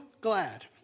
glad